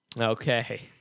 okay